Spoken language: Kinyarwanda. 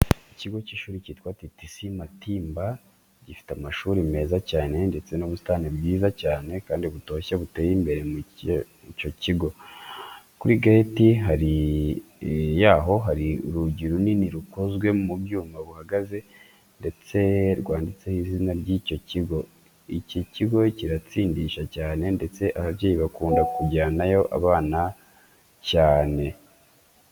Ikigo cy'ishuri cyitwa TTC Matimba gifite amashuri meza cyane ndetse n'ubusitani bwiza cyane kandi butoshye buteye imbere muri icyo kigo. Kuri gate yaho hari urugi runini rukozwe mu byuma buhagaze ndetse rwanditseho izina ry'icyo kigo. Iki kigo kiratsindisha cyane ndetse ababyeyi bakunda kujyanayo abana cyane.